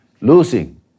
Losing